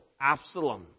Absalom